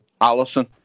Allison